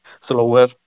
slower